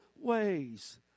ways